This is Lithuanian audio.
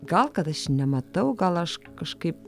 gal kad aš nematau gal aš kažkaip